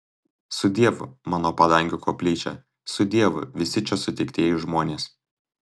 sudiev mano padangių koplyčia sudiev visi čia sutiktieji žmonės